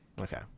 Okay